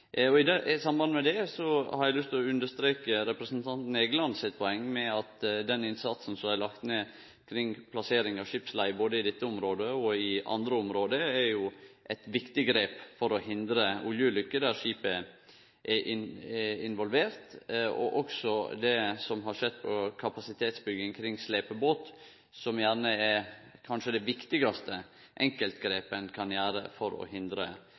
forureining frå skipstrafikken. I samband med det har eg lyst til å understreke representanten Egeland sitt poeng, at den innsatsen som er lagd ned kring plassering av skipsleier både i dette området og i andre område, er eit viktig grep for å hindre oljeulykker der skip er involverte, og også det som har skjedd på kapasitetsbygging kring slepebåt, som kanskje er det viktigaste enkeltgrepet ein kan gjere for å hindre